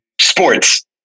sports